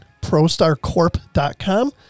Prostarcorp.com